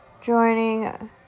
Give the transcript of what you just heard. joining